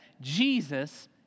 Jesus